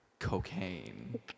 cocaine